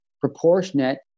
proportionate